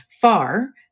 Far